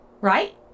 right